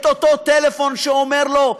את אותו טלפון שאומר לו,